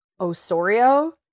Osorio